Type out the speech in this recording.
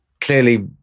Clearly